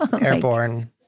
Airborne